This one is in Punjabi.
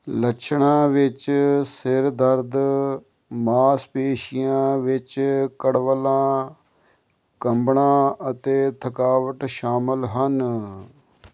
ਲੱਛਣਾਂ ਵਿੱਚ ਸਿਰ ਦਰਦ ਮਾਸਪੇਸ਼ੀਆਂ ਵਿੱਚ ਕੜਵੱਲਾਂ ਕੰਬਣਾ ਅਤੇ ਥਕਾਵਟ ਸ਼ਾਮਲ ਹਨ